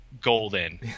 golden